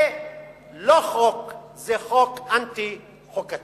זה לא חוק, זה חוק אנטי-חוקתי.